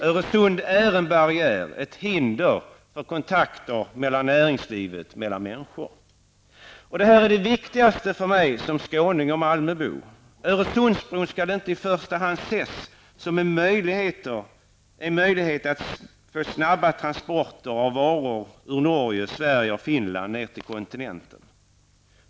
Öresund är en barriär, ett hinder för kontakter inom näringslivet och mellan människor. Detta är det viktigaste för mig som skåning och Malmöbo. Öresundsbron skall inte i första hand ses som en möjlighet att snabbare transportera varor ur Norge, Sverige och Finland ned till kontinenten.